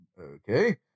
Okay